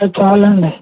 అవి చాలండి